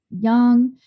young